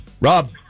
Rob